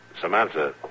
Samantha